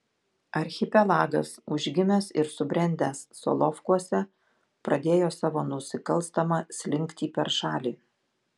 archipelagas užgimęs ir subrendęs solovkuose pradėjo savo nusikalstamą slinktį per šalį